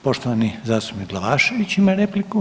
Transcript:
Poštovani zastupnik Glavašević ima repliku.